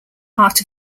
part